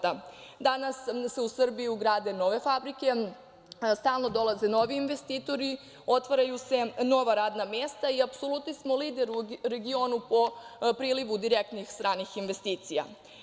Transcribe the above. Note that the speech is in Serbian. Danas se u Srbiji grade nove fabrike, stalno dolaze novi investitori, otvaraju se nova radna mesta i apsolutni smo lider u regionu po prilivu direktnih stranih investicija.